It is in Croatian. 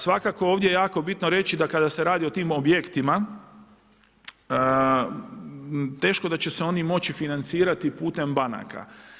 Svakako, ovdje je jako bitno reći da kada se radi o tim objektima, teško da će se oni moći financirati putem banaka.